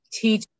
teach